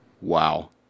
wow